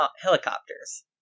helicopters